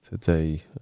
today